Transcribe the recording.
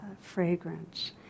fragrance